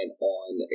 on